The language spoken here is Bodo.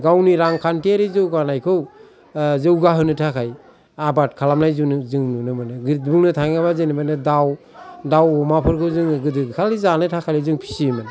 गावनि रांखान्थियारि जौगानायखौ जौगाहोनो थाखाय आबाद खालामनाय जुनु जों नुनो मोनो बुंनो थाङोबा जेनबा दाव दाव अमाफोरखौ जों गोदो खालि जानो थाखायल' फियोमोन